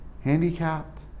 handicapped